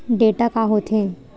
Data का होथे?